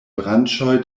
branĉoj